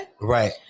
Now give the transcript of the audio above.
right